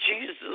Jesus